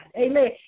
Amen